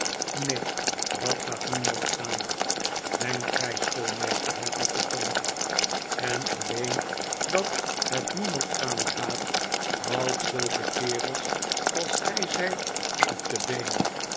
neen dat gaat niemand aan denkt gij schoolmeester hervatte john en alleen dat het niemand aangaat houdt zulke kerels als gij zijt op de been